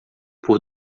por